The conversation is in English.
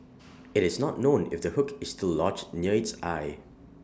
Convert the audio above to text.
IT is not known if the hook is still lodged near its eye